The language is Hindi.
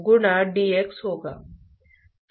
तो यह स्थिति का एक कार्य होने जा रहा है